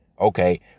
Okay